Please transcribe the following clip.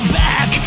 back